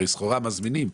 הרי סחורה מזמינים.